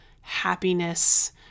happiness